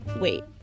Wait